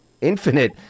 Infinite